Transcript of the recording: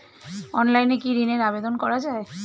অনলাইনে কি ঋণের আবেদন করা যায়?